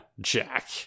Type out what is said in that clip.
jack